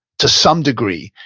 to some degree.